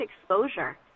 exposure